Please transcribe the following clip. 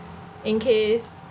in case